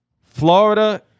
Florida